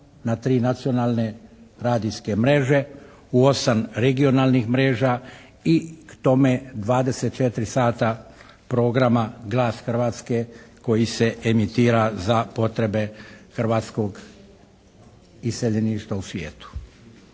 na tri nacionalne radijske mreže u osam regionalnih mreža i k tome 24 sata programa "Glas Hrvatske" koji se emitira za potrebe hrvatskog iseljeništva u svijetu.